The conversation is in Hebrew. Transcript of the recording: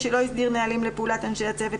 שלא הסדיר נהלים לפעולת אנשי הצוות,